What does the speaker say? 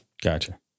Gotcha